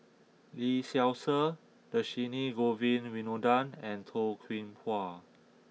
Lee Seow Ser Dhershini Govin Winodan and Toh Kim Hwa